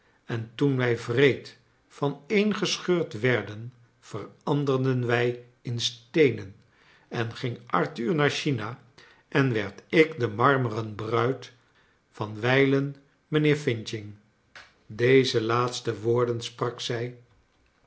en toen wij wreed vaneen gescheurd werden veranderden wij in steenen en ging arthur naar china en werd ik de maimer en bruid van wijlen mijnheer f deze laatste woorden sprak zij